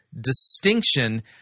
distinction